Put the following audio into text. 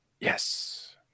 Yes